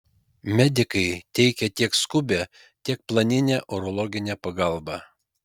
medikai teikia tiek skubią tiek planinę urologinę pagalbą